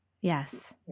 Yes